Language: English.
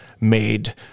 made